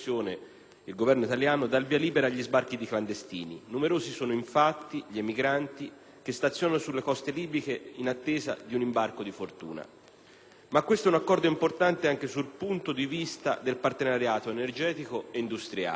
il Governo italiano, dà il via libera agli sbarchi di clandestini. Numerosi sono gli emigranti che stazionano sulle coste libiche in attesa di un imbarco di fortuna. Ma questo è un accordo rilevante anche dal punto di vista del partenariato energetico e industriale;